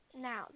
Now